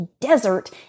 desert